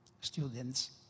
students